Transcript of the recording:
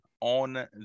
on